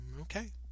Okay